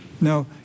No